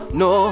no